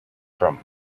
from